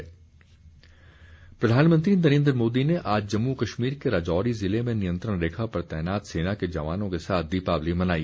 सेना दिवाली प्रधानमंत्री नरेन्द्र मोदी ने आज जम्मू कश्मीर के राजौरी जिले में नियंत्रण रेखा पर तैनात सेना के जवानों के साथ दीपावली मनाई